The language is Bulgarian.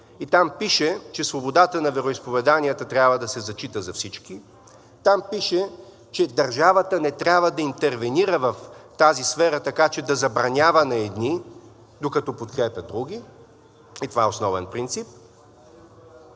И там пише, че свободата на вероизповеданията трябва да се зачита за всички. Там пише, че държавата не трябва да интервенира в тази сфера така, че да забранява на едни, докато подкрепя други. И това е основен принцип.